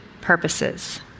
purposes